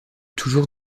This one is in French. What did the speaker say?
toujours